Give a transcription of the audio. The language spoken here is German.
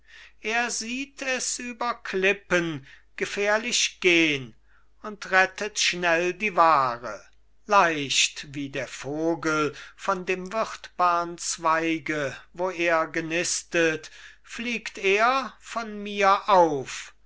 er sieht es über klippen gefährlich gehn und rettet schnell die ware leicht wie der vogel von dem wirtbarn zweige wo er genistet fliegt er von mir auf